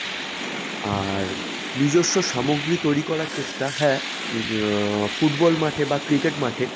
আর নিজস্ব সামগ্রী তৈরি করার চেষ্টা হ্যাঁ নিজেরা ফুটবল মাঠে বা ক্রিকেট মাঠে